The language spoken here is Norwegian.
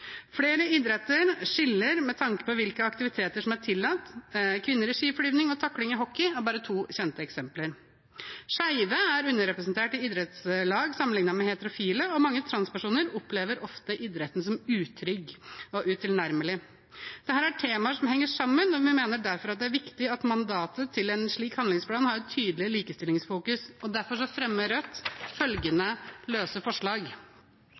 Flere idretter skiller med tanke på hvilke aktiviteter som er tillatt. Kvinner i skiflygning og takling i hockey er bare to kjente eksempler. Skeive er underrepresentert i idrettslag sammenlignet med heterofile, og mange transpersoner opplever ofte idretten som utrygg og utilnærmelig. Dette er temaer som henger sammen, og vi mener derfor det er viktig at mandatet til en slik handlingsplan har et tydelig likestillingsfokus. Derfor fremmer Rødt følgende løse forslag: